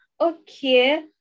Okay